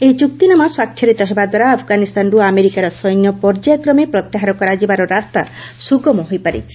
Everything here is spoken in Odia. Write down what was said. ଏହି ଚୁକ୍ତିନାମା ସ୍ୱାକ୍ଷରିତ ହେବାଦ୍ୱାରା ଆଫଗାନିସ୍ତାନରୁ ଆମେରିକାର ସୈନ୍ୟ ପର୍ଯ୍ୟାୟକ୍ରମେ ପ୍ରତ୍ୟାହାର କରାଯିବାର ରାସ୍ତା ସୁଗମ ହୋଇପାରିଛି